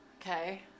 okay